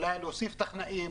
לפעמים זו תקלה קטנה.